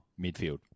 midfield